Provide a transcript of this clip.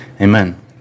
Amen